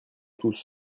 tous